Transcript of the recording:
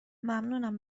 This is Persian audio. ممنونم